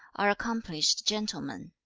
are accomplished gentlemen.